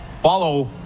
follow